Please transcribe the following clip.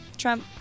Trump